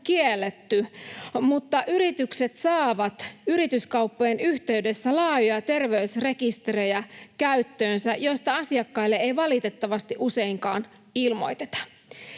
mutta yritykset saavat yrityskauppojen yhteydessä laajoja terveysrekistereitä käyttöönsä, mistä asiakkaille ei valitettavasti useinkaan ilmoiteta.